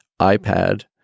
iPad